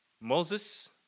Moses